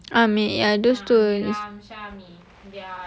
mm ami ya those two